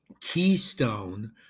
keystone